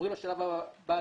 עוברים לשלב הבא,